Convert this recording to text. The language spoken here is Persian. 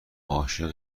عاشق